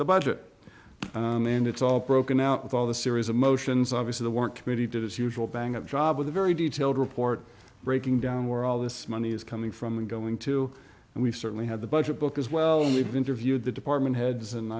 the budget and it's all broken now with all the series of motions obviously the work committee did its usual bang up job with a very detailed report breaking down where all this money is coming from and going to and we've certainly had the budget book as well we've interviewed the department heads and